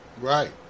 Right